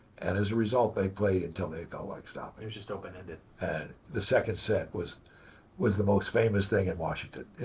and as a result, they played until they got like stopping. it was just open ended. and the second set was was the most famous thing in washington.